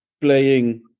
playing